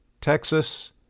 Texas